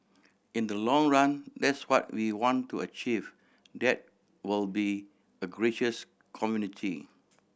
in the long run that's what we want to achieve that we'll be a gracious community